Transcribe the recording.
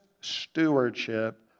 stewardship